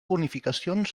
bonificacions